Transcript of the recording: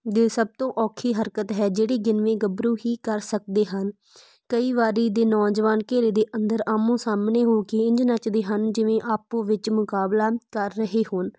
ਦੇ ਸਭ ਤੋਂ ਔਖੀ ਹਰਕਤ ਹੈ ਜਿਹੜੀ ਗਿਣਵੇਂ ਗੱਭਰੂ ਹੀ ਕਰ ਸਕਦੇ ਹਨ ਕਈ ਵਾਰੀ ਦੇ ਨੌਜਵਾਨ ਘੇਰੇ ਦੇ ਅੰਦਰ ਆਹਮੋ ਸਾਹਮਣੇ ਹੋ ਕੇ ਇੰਝ ਨੱਚਦੇ ਹਨ ਜਿਵੇਂ ਆਪੋ ਵਿੱਚ ਮੁਕਾਬਲਾ ਕਰ ਰਹੇ ਹੋਣ